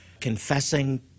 confessing